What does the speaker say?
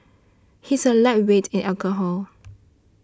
he is a lightweight in alcohol